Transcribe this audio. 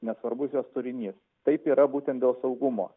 nesvarbus jos turinys taip yra būtent dėl saugumo